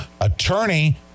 attorney